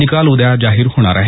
निकाल उद्या जाहीर होणार आहेत